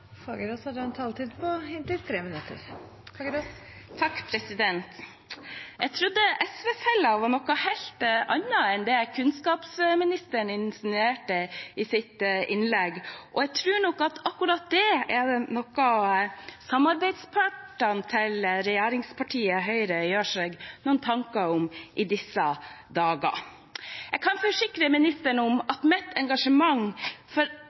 Jeg trodde SV-fellen var noe helt annet enn det kunnskapsministeren insinuerte i sitt innlegg, og jeg tror nok at akkurat det er noe samarbeidspartnerne til regjeringspartiet Høyre gjør seg noen tanker om i disse dager. Jeg kan forsikre kunnskapsministeren om at mitt engasjement for